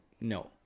No